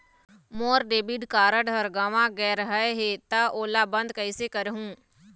मोर debit card हर गंवा गैर गए हे त ओला बंद कइसे करहूं?